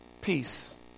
Peace